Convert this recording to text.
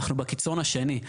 אנחנו בקיצון השני.